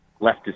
leftist